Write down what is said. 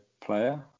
player